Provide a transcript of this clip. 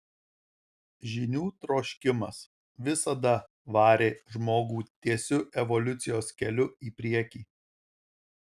žinių troškimas visada varė žmogų tiesiu evoliucijos keliu į priekį